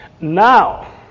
Now